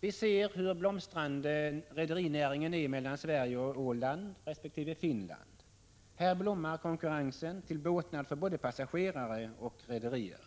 Vi ser hur blomstrande rederinäringen är när det gäller trafiken mellan Sverige och Åland resp. Finland. Här blommar konkurrensen till båtnad för både passagerare och rederier.